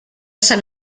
sant